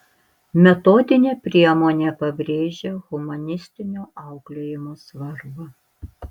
metodinė priemonė pabrėžia humanistinio auklėjimo svarbą